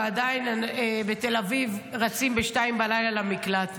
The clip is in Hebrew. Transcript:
ועדיין בתל אביב רצים ב-02:00 למקלט?